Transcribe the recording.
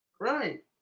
Right